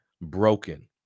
broken